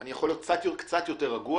אני יכול להיות קצת יותר רגוע.